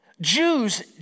Jews